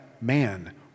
man